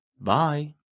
Bye